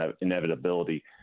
inevitability